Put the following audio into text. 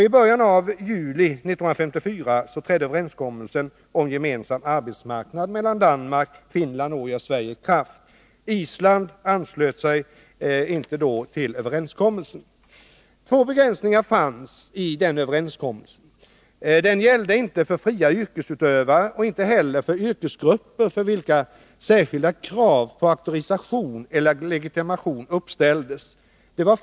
I början av juli 1954 trädde överenskommelse om gemensam arbetsmarknad mellan Dan Två begränsningar fanns i överenskommelsen; den gällde inte för fria yrkesutövare och inte heller för yrkesgrupper för vilka särskilda krav på auktorisation eller legitimation uppställdes.